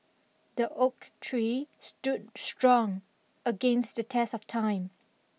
the oak tree stood strong against the test of time